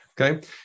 Okay